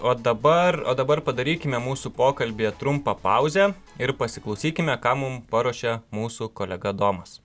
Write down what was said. o dabar o dabar padarykime mūsų pokalbyje trumpą pauzę ir pasiklausykime ką mum paruošė mūsų kolega domas